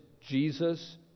Jesus